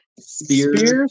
Spears